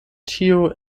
ĉio